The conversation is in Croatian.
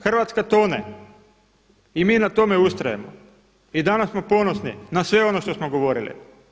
Hrvatska tone i mi na tome ustrajemo i danas smo ponosni na sve ono što smo govorili.